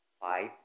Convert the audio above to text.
Five